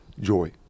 joy